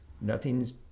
Nothing's